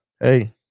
hey